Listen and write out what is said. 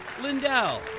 Lindell